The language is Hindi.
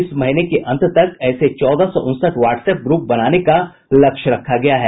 इस महीने के अंत तक ऐसे चौदह सौ उनसठ वाट्सएप ग्रुप बनाने का लक्ष्य रखा गया है